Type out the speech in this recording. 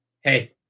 Hey